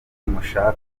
mushaka